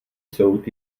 soud